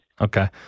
Okay